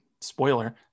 spoiler